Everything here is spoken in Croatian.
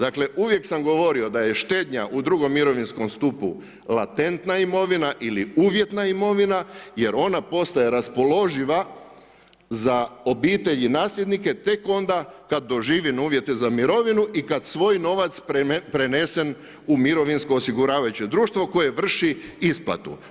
Dakle uvijek sam govorio da je štednja u drugom mirovinskom stupu latentna imovina ili uvjetna imovina jer ona postaje raspoloživa za obitelj i nasljednike tek onda kada doživim uvjete za mirovinu i kada svoj novac prenesem u mirovinsko osiguravajuće društvo koje vrši isplatu.